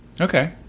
Okay